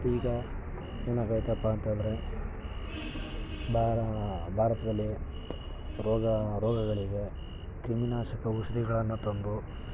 ಈಗ ಏನಾಗೋಯ್ತಪ್ಪ ಅಂತಂದರೆ ಭಾರ ಭಾರತದಲ್ಲಿ ರೋಗ ರೋಗಗಳಿಗೆ ಕ್ರಿಮಿನಾಶಕ ಔಷಧಿಗಳನ್ನು ತಂದು